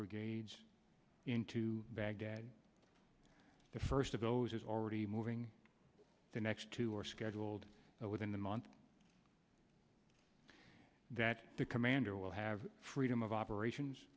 brigades into baghdad the first of those is already moving in the next two are scheduled within the month that the commander will have freedom of operations